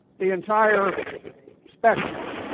the entire spectrum.